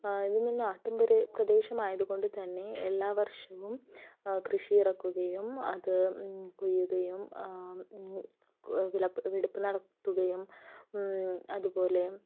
ഇത് നാട്ടിൻ പ്രദേശമായതുകൊണ്ട് തന്നെ എല്ലാ വർഷവും കൃഷി ഇറക്കുകയും അത് കൊയ്യുകയും നടത്തുകയും അതുപോലെ